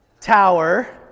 tower